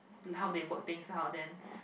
how they work things how them